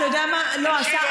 אתה יודע מה, השר,